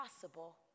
possible